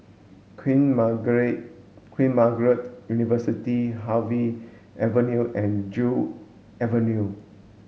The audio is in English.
Queen Margaret Queen Margaret University Harvey Avenue and Joo Avenue